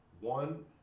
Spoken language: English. One